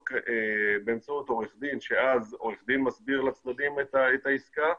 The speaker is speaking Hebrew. או באמצעות עורך דין ואז עורך הדין מסביר לצדדים את העסקה.